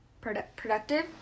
productive